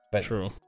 true